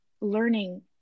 learning